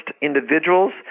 individuals